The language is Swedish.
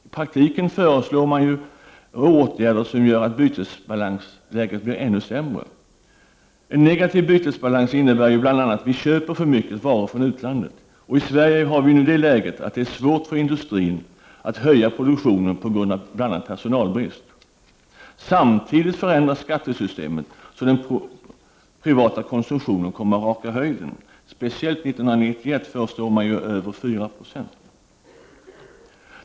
I praktiken föreslår man ju åtgärder som gör att bytesbalansläget blir ännu sämre. En negativ bytesbalans innebär ju bl.a. att vi köper för mycket varor från utlandet. I Sverige har vi nu det läget att det är svårt för industrin att höja produktionen på grund av bl.a. personalbrist. Samtidigt förändras skattesystemet så den privata konsumtionen kommer att raka i höjden. Speciellt för 1991 förutspår man ju över 4 96.